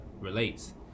relates